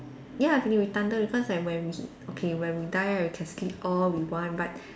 ya it's redundant because like when we okay when we die right we can sleep all we want but